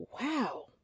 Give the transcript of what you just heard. wow